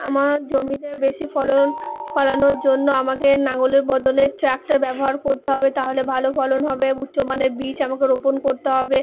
আমার জমিতে বেশি ফলন ফলানোর জন্য আমাকে নাঙলের বদলে ট্রাক্টার ব্যবহার করতে হবে তাহলে ভালো ফলন হবে উচ্চ মানের বীজ আমাকে রোপণ করতে হবে